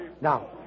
Now